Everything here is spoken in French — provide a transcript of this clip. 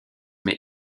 mais